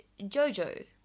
Jojo